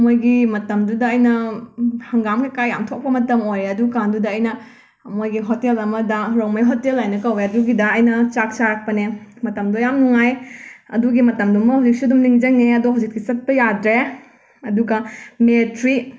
ꯃꯣꯏꯒꯤ ꯃꯇꯝꯗꯨꯗ ꯑꯩꯅ ꯍꯪꯒꯥꯝ ꯀꯩꯀꯥ ꯌꯥꯝ ꯊꯣꯛꯄ ꯃꯇꯝ ꯑꯣꯏꯌꯦ ꯑꯗꯨ ꯀꯥꯟꯗꯨꯗ ꯑꯩꯅ ꯃꯣꯏꯒꯤ ꯍꯣꯇꯦꯜ ꯑꯃꯗ ꯔꯣꯡꯃꯩ ꯍꯣꯇꯦꯜ ꯍꯥꯏꯅ ꯀꯧꯋꯦ ꯑꯗꯨꯒꯤꯗ ꯑꯩꯅ ꯆꯥꯛ ꯆꯥꯔꯛꯄꯅꯦ ꯃꯇꯝꯗꯣ ꯌꯥꯝ ꯅꯨꯡꯉꯥꯏ ꯑꯗꯨꯒꯤ ꯃꯇꯝꯗꯨꯃ ꯍꯧꯖꯤꯛꯁꯨ ꯑꯗꯨꯝ ꯅꯤꯡꯁꯤꯡꯉꯦ ꯑꯗꯣ ꯍꯧꯖꯤꯛꯇꯤ ꯆꯠꯄ ꯌꯥꯗ꯭ꯔꯦ ꯑꯗꯨꯒ ꯃꯦ ꯊ꯭ꯔꯤ